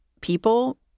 people